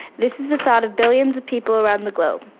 this is the thought of billions of people around the globe.